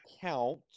count